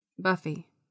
Buffy